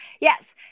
yes